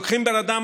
לוקחים בן אדם,